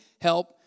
help